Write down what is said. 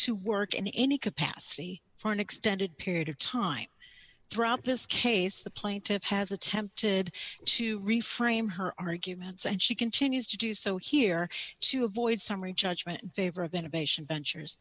to work in any capacity for an extended period of time throughout this case the plaintiff has attempted to reframe her arguments and she continues to do so here to avoid summary judgment favor of innovation ventures